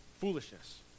foolishness